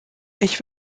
ich